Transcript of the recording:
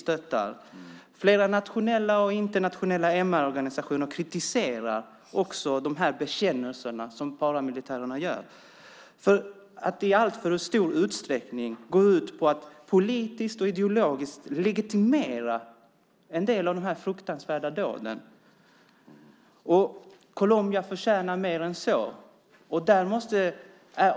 Likaså har flera nationella och internationella MR-organisationer kritiserat paramilitärens bekännelser. De anser att bekännelserna i alltför stor utsträckning går ut på att politiskt och ideologiskt legitimera en del av de fruktansvärda dåden. Colombia förtjänar mer än så.